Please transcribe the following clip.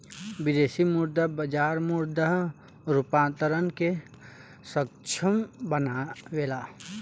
विदेशी मुद्रा बाजार मुद्रा रूपांतरण के सक्षम बनावेला